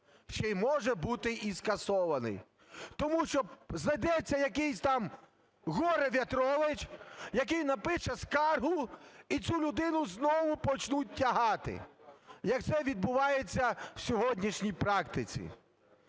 ще і може бути і скасований, тому що знайдеться якийсь там горе-В'ятрович, який напише скаргу, і цю людину знову почнуть тягати, як це відбувається в сьогоднішній практиці.